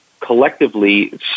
collectively